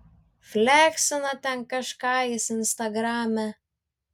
fleksina ten kažką jis instagrame